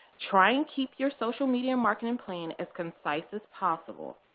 try and keep your social media marketing plan as concise as possible.